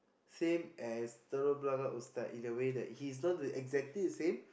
same as telok-blangah Ustad in a way that he's not the exactly the same